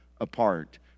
apart